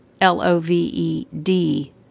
L-O-V-E-D